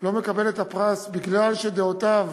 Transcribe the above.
לא מקבל את הפרס בגלל שדעותיו,